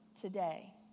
today